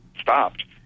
stopped